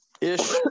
ish